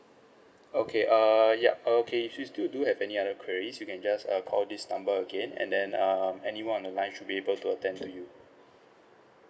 okay err yup okay if you still do have any other queries you can just err call this number again and then err anyone on the line should be able to attend to you